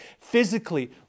physically